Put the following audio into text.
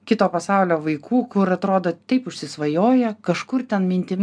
kito pasaulio vaikų kur atrodo taip užsisvajoja kažkur ten mintim